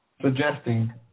suggesting